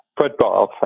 football